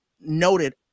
noted